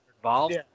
involved